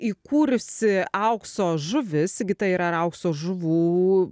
įkūrusi aukso žuvis sigita yra ir aukso žuvų